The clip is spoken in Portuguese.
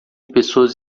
pessoas